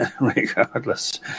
regardless